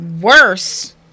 Worse